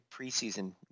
preseason